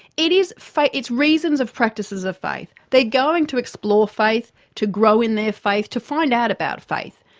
it is faith, it's reasons of practices of faith. they're going to explore faith, to grow in their faith, to find out about faith.